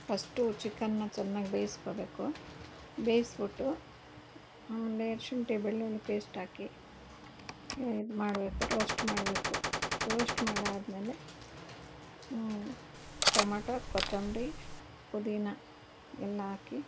first ಚಿಕನ್ನ ಚೆನ್ನಾಗಿ ಬೇಯಿಸ್ಕೊಬೇಕು ಬೇಯಿಸ್ಬಿಟ್ಟು ಆಮೇಲೆ ಶುಂಠಿ ಬೆಳ್ಳುಳ್ಳಿ ಪೇಸ್ಟಾಕಿ ಇದ್ಮಾಡಬೇಕು ರೋಸ್ಟ್ ಮಾಡಬೇಕು ರೋಸ್ಟ್ ಮಾಡಾದಮೇಲೆ ಟೊಮಟೊ ಕೊತ್ತಂಬರಿ ಪುದೀನ ಎಲ್ಲ ಹಾಕಿ